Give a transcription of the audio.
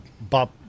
Bob